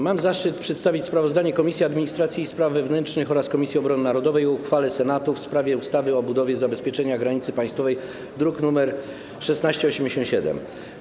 Mam zaszczyt przedstawić sprawozdanie Komisji Administracji i Spraw Wewnętrznych oraz Komisji Obrony Narodowej o uchwale Senatu w sprawie ustawy o budowie zabezpieczenia granicy państwowej, druk nr 1687.